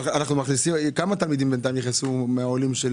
כמה תלמידים נכנסו בינתיים מקרב העולים?